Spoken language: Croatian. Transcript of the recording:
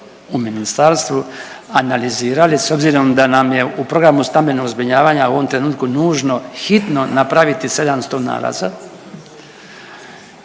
u ministarstvu analizirali s obzirom da nam je u programu stambenog zbrinjavanja u ovom trenutku nužno napraviti 700 nalaza,